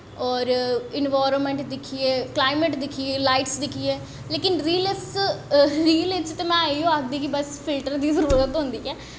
और इन्बआईरनमैंट दिक्खियै क्लाईमेट दिक्खियै लाईटस दिक्खियै लेकिन रील च ते में इयो आखनी कि बस फिल्टर दी जरूरत होंदी ऐ